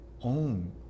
own